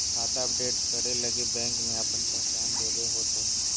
खाता अपडेट करे लगी बैंक में आपन पहचान देबे होतो